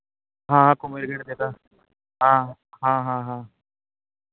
हाँ हाँ हाँ हाँ हाँ